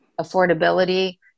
affordability